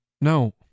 No